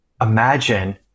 imagine